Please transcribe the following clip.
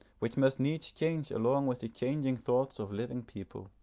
which must needs change along with the changing thoughts of living people.